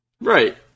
Right